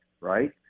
right